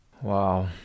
Wow